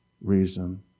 reason